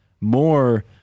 more